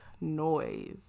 noise